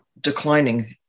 declining